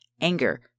anger